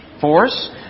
force